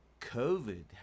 COVID